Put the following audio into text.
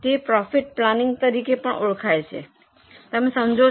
તે profit planning તરીકે પણ ઓળખાય છે તમે સમજો છો